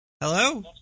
Hello